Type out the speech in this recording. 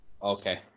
Okay